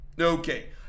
Okay